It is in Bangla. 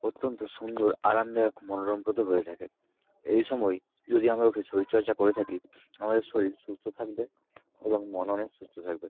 অত্যন্ত সুন্দর আরামদায়ক মনোরমপ্রদ হয়ে থাকে এই সময়ই যদি আমরা উঠে শরীর চর্চা করে থাকি আমাদের শরীর সুস্থ থাকবে এবং মন অনেক সুস্থ থাকবে